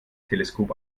teleskop